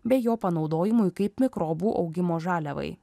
bei jo panaudojimui kaip mikrobų augimo žaliavai